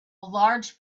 large